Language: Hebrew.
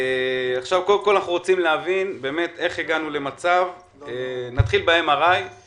אנחנו רוצים להבין איך הגענו למצב שיש